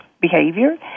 behavior